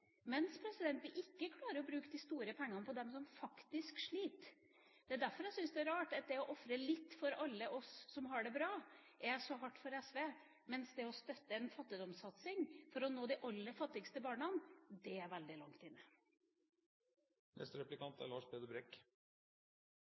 mens vi ikke klarer å bruke de store pengene på dem som faktisk sliter. Det er derfor jeg syns det er rart at det å ofre litt for alle oss som har det bra, er så hardt for SV, mens det å støtte en fattigdomssatsing for å nå de aller fattigste barna sitter veldig langt inne.